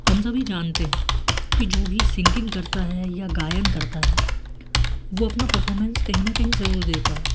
हम सभी जानते हैं कि जो भी सिंगिंग करता है या गायन करता है वो अपना परफॉर्मेंस कहीं न कहीं जरूर देता है